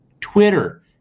Twitter